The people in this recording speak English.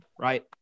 right